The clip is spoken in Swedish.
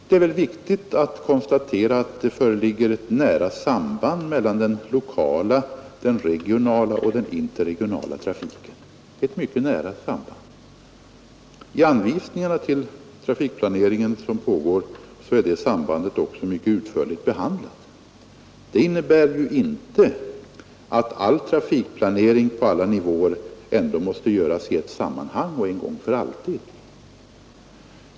Det är väl viktigt att konstatera att det föreligger ett mycket nära samband mellan den lokala, den regionala och den interregionala trafiken. I anvisningarna för den trafikplanering som pågår är det sambandet också mycket utförligt behandlat. Detta innebär ju inte att all trafikplanering på alla nivåer måste göras i ett sammanhang och en gång för alla.